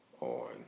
on